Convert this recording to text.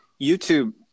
YouTube